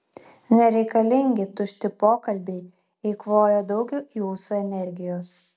nereikalingi tušti pokalbiai eikvoja daug jūsų energijos